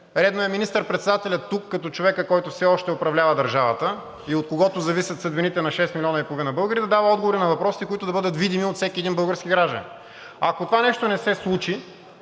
Редно е министър-председателят тук като човека, който все още управлява държавата и от когото зависят съдбините на шест милиона и половина българи, да дава отговори на въпросите, които да бъдат видени от всеки един български гражданин. Ако това нещо не се случи,